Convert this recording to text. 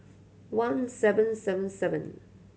one seven seven seven